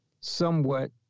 somewhat